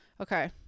Okay